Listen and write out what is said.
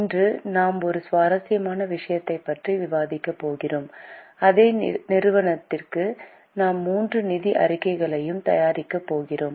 இன்று நாம் ஒரு சுவாரஸ்யமான விஷயத்தைப் பற்றி விவாதிக்கப் போகிறோம் அதே நிறுவனத்திற்கு நாம் மூன்று நிதி அறிக்கைகளையும் தயாரிக்கப் போகிறோம்